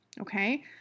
Okay